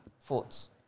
thoughts